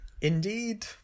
Indeed